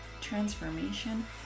transformation